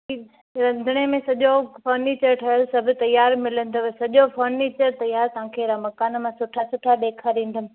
रंधणे में सॼो फर्नीचर तयार ठहियल सभु तयार मिलंदव सॼो फर्नीचर तयार तव्हांखे अहिड़ा मकान मां सुठा सुठा ॾेखारंदमि